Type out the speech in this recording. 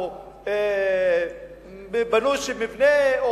או בנו מבנה,